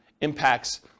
impacts